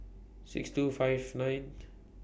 six two five ninth